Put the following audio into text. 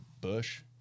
Bush